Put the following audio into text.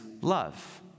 love